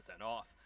off